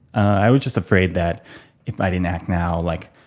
i was just afraid that if i didn't act now, like,